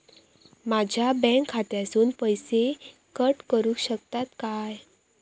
माझ्या बँक खात्यासून पैसे कट करुक शकतात काय?